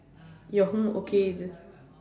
your home okay just